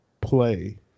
play